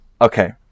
Okay